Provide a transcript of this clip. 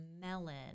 melon